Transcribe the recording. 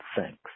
Thanks